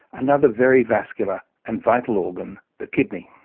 another very vascular and vital organ, the kidney.